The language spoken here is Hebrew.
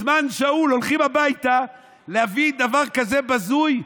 זמן שאול, הולכים הביתה, להביא דבר כזה בזוי?